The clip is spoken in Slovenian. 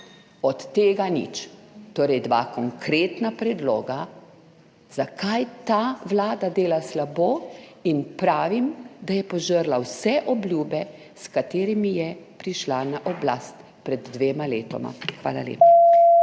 Od tega nič, torej, dva konkretna predloga zakaj ta Vlada dela slabo in pravim, da je požrla vse obljube, s katerimi je prišla na oblast pred dvema letoma. Hvala lepa.